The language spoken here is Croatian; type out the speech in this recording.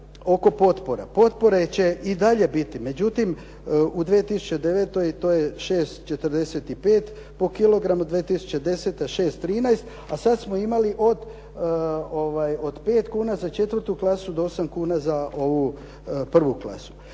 oko potpora. Potpore će i dalje biti, međutim u 2009. to je 6,45 po kilogramu, 2010. 6,13, a sad smo imali od 5 kuna za četvrtu klasu do 8 kuna za ovu prvu klasu.